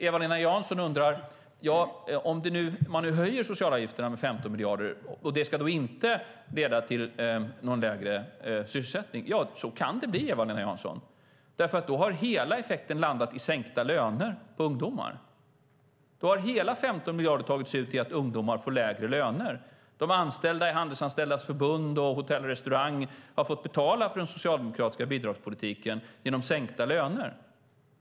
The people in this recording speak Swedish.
Eva-Lena Janssons fundering är att om man höjer socialavgifterna med 15 miljarder ska det inte leda till någon lägre sysselsättning. Så kan det bli, Eva-Lena Jansson, därför att då har hela effekten landat i sänkta löner för ungdomar. Då har hela 15 miljarder tagits ut genom att ungdomar får lägre löner. De anställda i Handelsanställdas förbund och Hotell och restaurangfacket har fått betala för den socialdemokratiska bidragspolitiken genom sänkta löner.